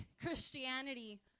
Christianity